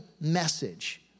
message